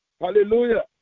hallelujah